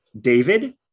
David